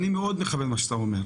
אני מאוד מכבד את מה שאתה אומר.